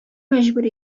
мәҗбүр